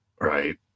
Right